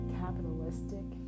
capitalistic